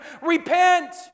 Repent